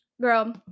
Girl